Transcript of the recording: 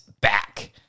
back